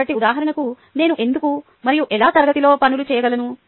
కాబట్టి ఉదాహరణకు నేను ఎందుకు మరియు ఎలా తరగతిలో పనులు చేయగలను